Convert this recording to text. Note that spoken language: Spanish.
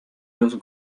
los